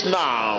now